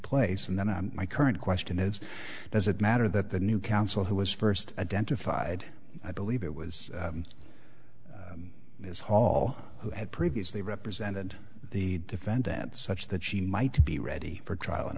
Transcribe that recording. place and then on my current question is does it matter that the new counsel who was first identified i believe it was ms hall who had previously represented the defend that such that she might be ready for trial